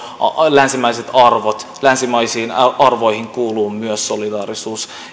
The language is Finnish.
länsimaiset arvot niin länsimaisiin arvoihin kuuluu myös solidaarisuus